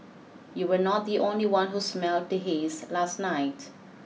you were not the only one who smelled the haze last night